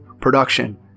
production